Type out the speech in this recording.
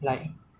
yes